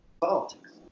politics